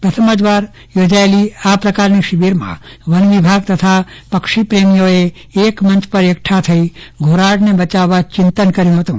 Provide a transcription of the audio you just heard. પ્રથમ જ વાર આ પ્રકારની શિબિરમાં વનવિભાગ તથા પક્ષીપ્રેમીઓએ એકમંચ પર એકઠા થઈ ધોરાડને બચાવવા ચિંતન કર્યું હતું